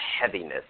heaviness